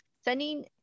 sending